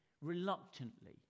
reluctantly